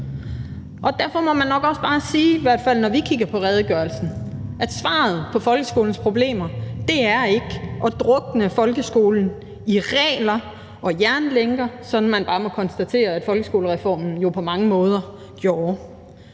Derfor må man nok også bare sige, i hvert fald når vi kigger på redegørelsen, at svaret på folkeskolens problemer ikke er at drukne folkeskolen i regler og lægge den i jernlænker, som man bare må konstatere at folkeskolereformen jo på mange måder gjorde.